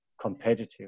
competitive